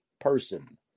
person